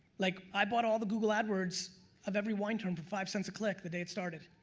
like i bought all the google adwords of every wine term for five cents a click the day it started.